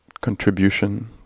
contribution